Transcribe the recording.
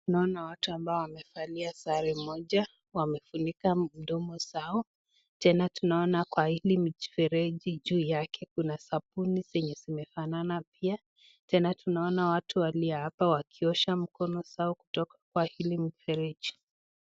Naona watu ambao wamevalia sare moja, wamefunika mdomo zao. Tena tunaona kwa hili mifereji juu yake kuna sabuni zenye zimefanana pia. Tena tunaona watu walio hapa wakiosha mkono zao kutoka kwa hili mfereji.